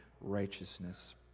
righteousness